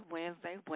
Wednesday